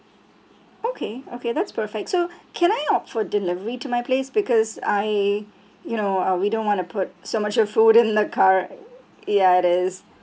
okay okay that's perfect so can I opt for delivery to my place because I you know uh we don't want to put so much of food in the car ya it is